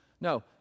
no